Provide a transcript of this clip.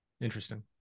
Interesting